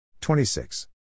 26